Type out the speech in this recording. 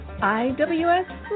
IWS